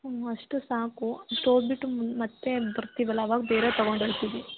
ಹ್ಞೂ ಅಷ್ಟು ಸಾಕು ಅಷ್ಟು ಓದಿಬಿಟ್ಟು ಮುನ್ ಮತ್ತು ಬರ್ತೀವಲ್ಲ ಅವಾಗ ಬೇರೆ ತಗೊಂಡು ಹೋಯ್ತಿವಿ